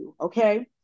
okay